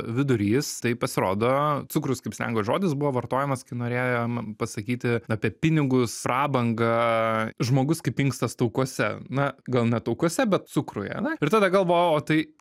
vidurys tai pasirodo cukrus kaip slengo žodis buvo vartojamas kai norėjo pasakyti apie pinigus prabangą žmogus kaip inkstas taukuose na gal ne taukuose bet cukruje na ir tada galvojau o tai